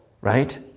right